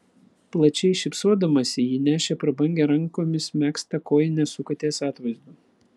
plačiai šypsodamasi ji nešė prabangią rankomis megztą kojinę su katės atvaizdu